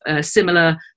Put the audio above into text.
similar